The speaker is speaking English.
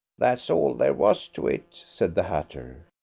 that's all there was to it, said the hatter.